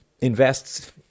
invests